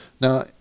Now